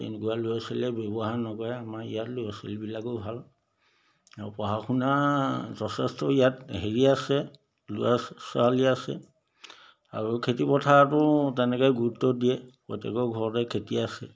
তেনেকুৱা ল'ৰা ছোৱালীয়ে ব্যৱহাৰ নকৰে আমাৰ ইয়াত ল'ৰা ছোৱালীবিলাকো ভাল আৰু পঢ়া শুনা যথেষ্ট ইয়াত হেৰি আছে ল'ৰা ছোৱালী আছে আৰু খেতি পথাৰতো তেনেকৈ গুৰুত্ব দিয়ে প্ৰত্যেকৰ ঘৰতে খেতি আছে